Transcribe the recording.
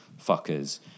fuckers